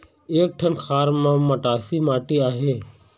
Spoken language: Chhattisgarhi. एक ठन खार म मटासी माटी आहे?